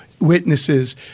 witnesses